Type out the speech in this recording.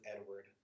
Edward